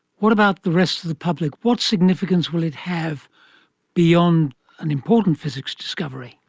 what about the rest of the public? what significance will it have beyond an important physics discovery?